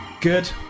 Good